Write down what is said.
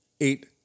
eight